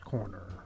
Corner